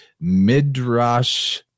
Midrash